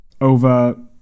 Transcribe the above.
over